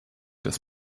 des